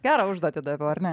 gerą užduotį daviau ar ne